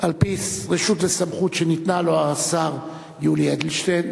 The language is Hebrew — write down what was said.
על-פי רשות וסמכות שניתנה לו, השר יולי אדלשטיין,